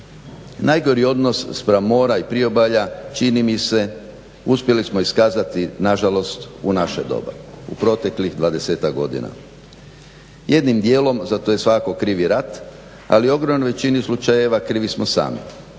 Najgori odnos spram mora i priobalja čini mi se uspjeli smo iskazati nažalost u naše doba, u proteklih dvadesetak godina. Jednim dijelom za to je svakako kriv i rat, ali u ogromnoj većini slučajeva krivi smo sami,